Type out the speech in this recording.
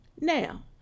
Now